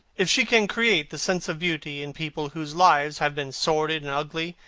if she can create the sense of beauty in people whose lives have been sordid and ugly,